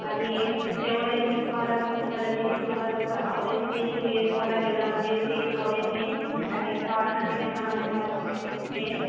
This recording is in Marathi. आणि जेवणही तुम्हाला तुमच्या पद्धतीने तुम्हाला जसं आवडेल तेही मिळेल तुम्हाला जेवनामध्ये जे आवडेल ते तुम्ही सांगितल्या ऑर्डर दिल्याप्रमाणे तुम्हाला मिळेन मिळेल